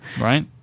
right